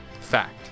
Fact